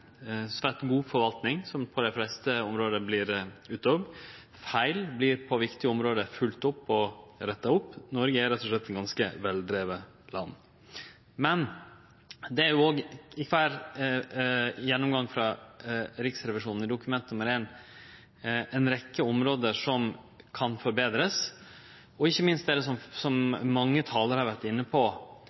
svært god forvaltning på dei fleste områda. Feil på viktige område vert følgde opp og retta opp. Noreg er rett og slett eit ganske veldrive land. Men det er òg i kvar gjennomgang frå Riksrevisjonen i Dokument 1 ei rekkje område som kan forbetrast. Ikkje minst er det, som mange talarar har vore inne på,